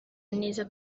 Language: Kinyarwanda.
neza